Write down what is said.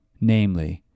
namely